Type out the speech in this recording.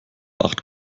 acht